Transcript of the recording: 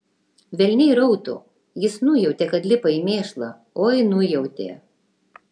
velniai rautų jis nujautė kad lipa į mėšlą oi nujautė